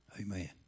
Amen